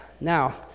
now